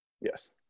Yes